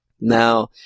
Now